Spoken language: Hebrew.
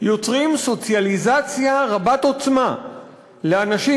יוצרים סוציאליזציה רבת-עוצמה לאנשים,